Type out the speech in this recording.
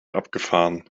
abgefahren